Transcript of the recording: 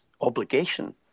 obligation